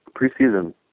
preseason